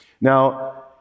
Now